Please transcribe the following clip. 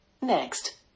Next